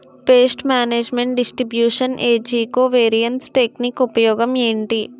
paste management distribution ఏజ్జి covariance technique ఉపయోగం ఏంటి